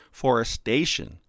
forestation